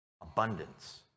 Abundance